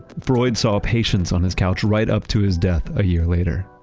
freud saw patients on his couch right up to his death, a year later.